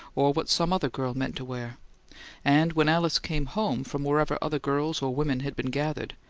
or what some other girl meant to wear and when alice came home from wherever other girls or women had been gathered,